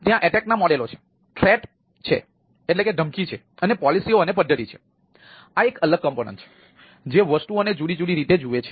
તેથી આ એક અલગ ઘટક છે જે વસ્તુઓને જુદી રીતે જુએ છે